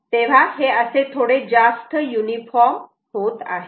तेव्हा हे असे थोडे जास्त युनिफॉर्म होत आहे